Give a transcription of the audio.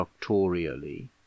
doctorially